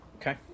Okay